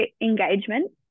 engagement